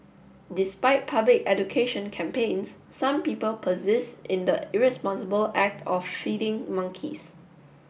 despite public education campaigns some people persist in the irresponsible act of feeding monkeys